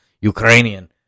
Ukrainian